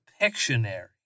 Pictionary